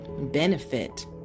benefit